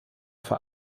für